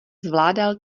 zvládal